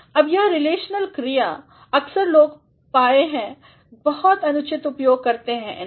अब यह रिलेशनल क्रिया अक्सर लोग पाए गए हैं बहुत उनुचित उपयोग करते हुए इनका